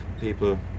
people